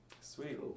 Sweet